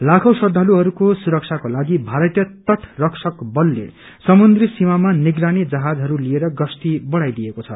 लाखौं श्रद्वालुहरूको सुरक्षाको लागि भारतीय तट रक्षक बलले समुन्द्री सीमामा निगरानी जहाजहरू लिएर गश्ती बढ़ाइदिएको छ